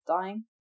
dying